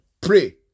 Pray